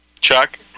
Chuck